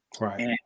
Right